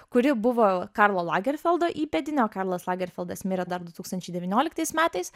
kuri buvo karlo lagerfeldo įpėdinė o karlas lagerfeldas mirė dar du tūkstančiai devynioliktais metais